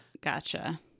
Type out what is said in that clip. Gotcha